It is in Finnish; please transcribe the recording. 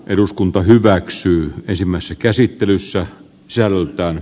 eduskunta hyväksyy ensimmäisessä käsittelyssä se ollutkaan